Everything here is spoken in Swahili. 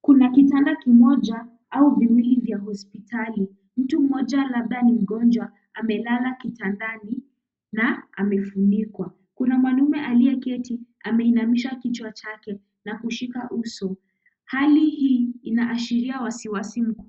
Kuna kitanda kimoja au viwili vya hospitali. Mtu mmoja labda ni mgonjwa, amelala kitandani na amefunikwa. Kuna mwanaume aliyeketi, ameinamisha kichwa chake na kushika uso. Hali hii inaashiria wasiwasi mkubwa.